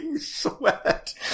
sweat